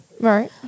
Right